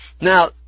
Now